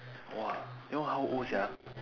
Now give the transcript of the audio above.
!wah! you all how old sia